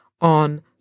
on